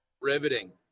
Riveting